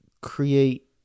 create